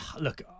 look